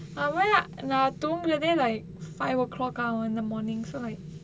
அவ நான் தூங்குறதே:ava naan thoongurathae like five o'clock ஆவும்:aavum in the morning so like